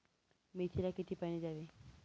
मेथीला किती पाणी द्यावे?